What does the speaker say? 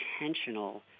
intentional